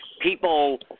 people –